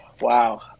Wow